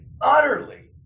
utterly